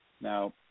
Now